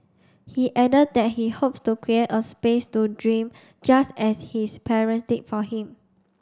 he added that he hopes to create a space to dream just as his parents did for him